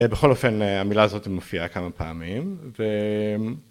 בכל אופן המילה הזאת מופיעה כמה פעמים ו...